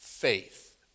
faith